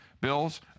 bills